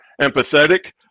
empathetic